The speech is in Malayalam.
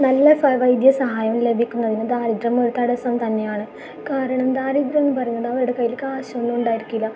നല്ല വൈദ്യസഹായം ലഭികുന്നതിന് ദാരിദ്ര്യം ഒരു തടസ്സം തന്നെയാണ് കാരണം ദാരിദ്ര്യം എന്നു പറയുന്നത് അവരുടെ കയ്യിൽ കാശൊന്നും ഉണ്ടായിരിക്കില്ല